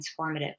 transformative